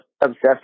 obsessed